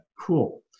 cool